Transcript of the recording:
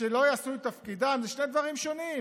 שלא יעשו את תפקידם, זה שני דברים שונים.